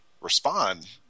respond